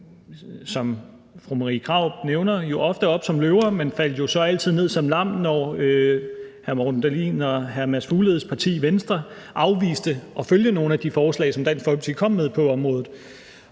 som fru Marie Krarup nævner, ofte op som løver og faldt jo så altid ned som lam, når hr. Morten Dahlin og hr. Mads Fugledes parti, Venstre, afviste at følge nogle af de forslag, som Dansk Folkeparti kom med på området.